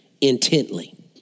intently